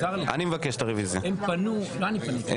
אזרחותו או תושבותו של פעיל טרור שמקבל תגמול עבור ביצוע